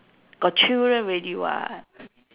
got children already [what]